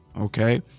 Okay